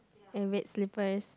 and red slipper as